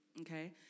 okay